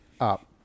up